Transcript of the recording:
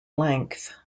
length